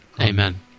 Amen